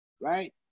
right